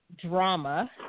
drama